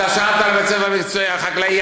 אתה שאלת על בית ספר מקצועי חקלאי,